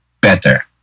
better